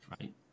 Right